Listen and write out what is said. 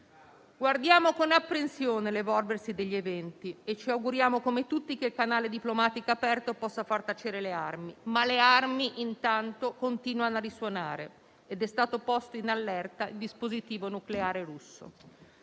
Guardiamo con attenzione l'evolversi degli eventi e ci auguriamo come tutti che il canale diplomatico aperto possa far tacere le armi, ma le armi intanto continuano a risuonare ed è stato posto in allerta il dispositivo nucleare russo.